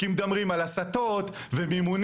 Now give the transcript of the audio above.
כי מדברים על הסטות ומימונים.